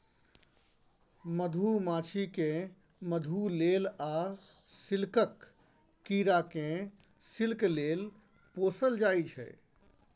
मधुमाछी केँ मधु लेल आ सिल्कक कीरा केँ सिल्क लेल पोसल जाइ छै